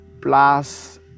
plus